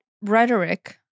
rhetoric